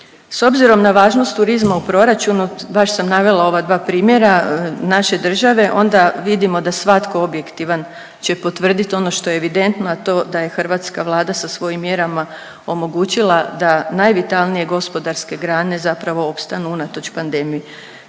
S obzirom na važnost turizma u proračunu baš sam navela ova dva primjera naše države. Onda vidimo da svatko objektivan će potvrditi ono što je evidentno, a to da je hrvatska Vlada sa svojim mjerama omogućila da najvitalnije gospodarske grane zapravo opstanu unatoč pandemiji.